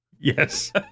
Yes